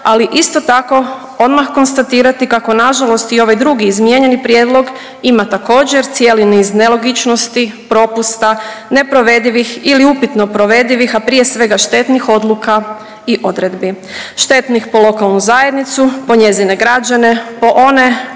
ali isto tako, odmah konstatirati kako nažalost i ovaj drugi izmijenjeni prijedlog ima također, cijeli niz nelogičnosti, propusta, neprovedivih ili upitno provedivih, a prije svega štetnih odluka i odredbi. Štetnih po lokalnu zajednicu, po njezine građane, po one